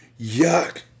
Yuck